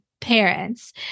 parents